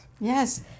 yes